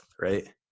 right